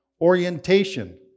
Orientation